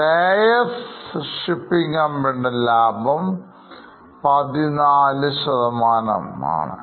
Shreyas shipping കമ്പനിയുടെ ലാഭം14 ആണ്